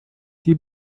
die